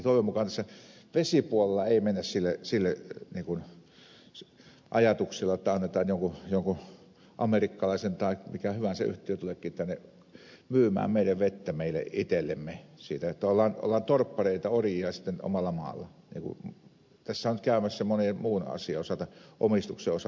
toivon mukaan tässä vesipuolella ei mennä sillä ajatuksella että annetaan jonkun amerikkalaisen tai minkä hyvänsä yhtiön tulla tänne myymään vettä meille itsellemme niin että sitten ollaan torppareita orjia omalla maalla niin kuin tässä on käymässä monen muun asian omistuksen osalta suomessa